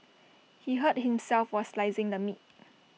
he hurt himself while slicing the meat